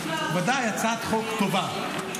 ודאי הצעת חוק טובה,